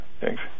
thanks